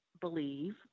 believe